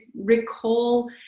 recall